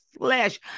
flesh